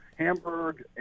Hamburg